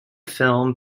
film